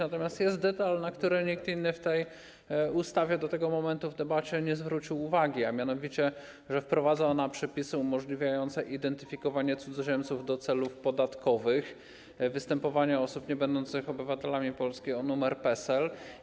Natomiast jest detal w tej ustawie, na który nikt inny do tego momentu w debacie nie zwrócił uwagi, a mianowicie że wprowadza ona przepisy umożliwiające identyfikowanie cudzoziemców do celów podatkowych, występowanie osób niebędących obywatelami Polski o numer PESEL.